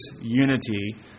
unity